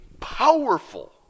powerful